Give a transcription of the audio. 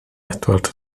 edward